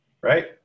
right